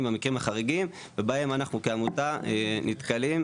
המקרים החריגים ובהם אנחנו כעמותה נתקלים,